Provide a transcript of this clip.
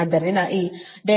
ಆದ್ದರಿಂದ ಈ